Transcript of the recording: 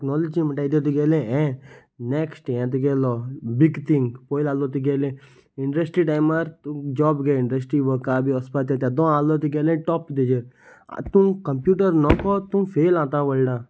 technology म्हणटाते तुगेलें हें नॅक्स्ट हें तुगेलो बीग थींग पयले आसलो तुगेलें इंडस्ट्री टायमार तं जॉब घे इंडस्ट्री वर्का बी वसपा ते तेदो आलो तुगेलें टॉप तेजेर आतां तूं कंप्युटर नको तूं फेल आतां वर्डांक